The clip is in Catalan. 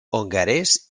hongarès